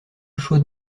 chaude